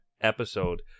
episode